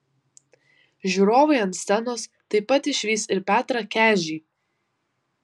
žiūrovai ant scenos taip pat išvys ir petrą kežį